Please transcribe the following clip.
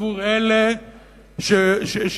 עבור אלה שהם,